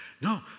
No